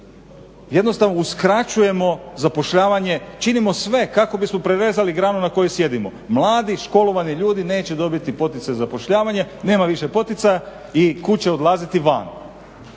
jednostavno uskraćujemo zapošljavanje, činimo sve kako bismo prerezali granu na kojoj sjedimo. Mladi, školovani ljudi neće dobiti poticaj za zapošljavanje, nema više poticaja i kud će odlaziti, van.